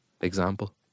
example